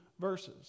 verses